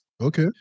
Okay